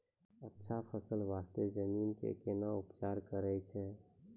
अच्छा फसल बास्ते जमीन कऽ कै ना उपचार करैय छै